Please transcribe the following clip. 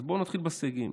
אז נתחיל בסייגים.